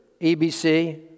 EBC